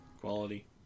quality